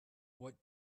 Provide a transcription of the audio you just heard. what